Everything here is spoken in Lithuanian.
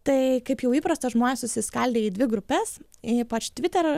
tai kaip jau įprasta žmonės susiskaldę į dvi grupes ypač twitter